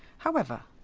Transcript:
however,